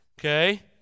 Okay